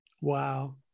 wow